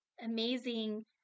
amazing